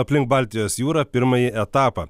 aplink baltijos jūrą pirmąjį etapą